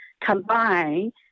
combine